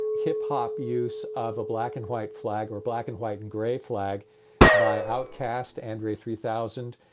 hip hop, use of a black and white flag or black and white and gray flag by outkast andre three thousand.